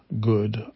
good